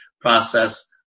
process